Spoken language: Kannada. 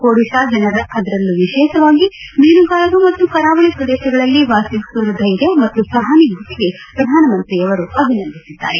ಒಡಿಶಾ ಜನರ ಅದರಲ್ಲೂ ವಿಶೇಷವಾಗಿ ಮೀನುಗಾರರು ಮತ್ತು ಕರಾವಳಿ ಪ್ರದೇಶಗಳಲ್ಲಿ ವಾಸಿಸುವವರ ಧ್ಲೇರ್ಯ ಮತ್ತು ಸಹಾನುಭೂತಿಗೆ ಪ್ರಧಾನಮಂತ್ರಿ ಅವರು ಅಭಿವಂದಿಸಿದ್ದಾರೆ